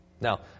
Now